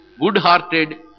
good-hearted